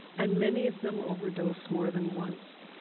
and many of them overdose more than once.